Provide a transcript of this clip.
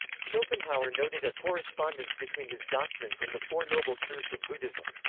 schopenhauer noted a correspondence between his doctrines and the four noble truths of buddhism.